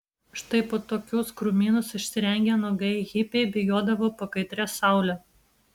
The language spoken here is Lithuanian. štai po tokius krūmynus išsirengę nuogai hipiai bėgiodavo po kaitria saule